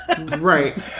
Right